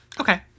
Okay